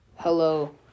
hello